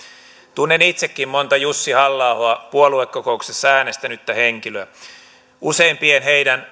tunnen itsekin monta jussi halla ahoa puoluekokouksessa äänestänyttä henkilöä heistä useimpien